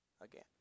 again